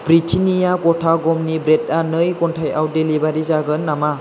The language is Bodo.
ब्रिटेन्निया गथा गमनि ब्रेदआ नै घन्टायाव डेलिबारि जागोन नामा